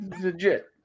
legit